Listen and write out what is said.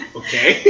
okay